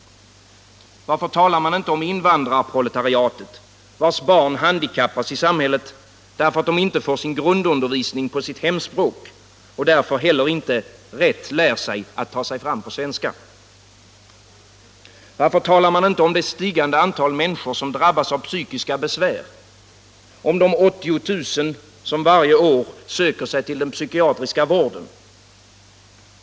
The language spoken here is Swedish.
Varför talar man inte om invandrarproletariatet, vars barn handikappas i samhället därför att de inte får sin grundundervisning på hemspråk och därför inte heller rätt lär sig att ta sig fram på svenska? Varför talar man inte om det stigande antal människor som drabbas av psykiska besvär, om de 80 000 som varje år söker sig till den psykiatriska vården?